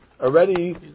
Already